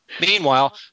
Meanwhile